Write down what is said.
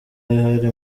hari